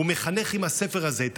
הוא מחנך עם הספר הזה,